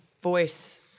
voice